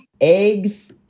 Eggs